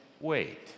wait